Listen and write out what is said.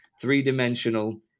three-dimensional